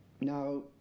Now